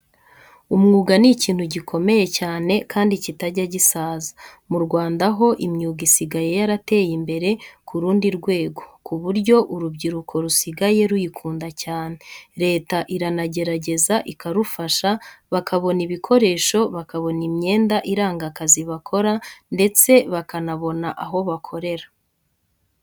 Umwuga ni ikintu gikomeye cyane kandi kitajya gisaza. Mu Rwanda ho imyuga isigaye yarateye imbere ku rundi rwego ku buryo urubyiruko rusigaye ruyikunda cyane. Leta iranagerageza ikarufasha, bakabona ibikoresho, bakabona imyenda iranga akazi bakora ndetse bakanabona aho bakorera.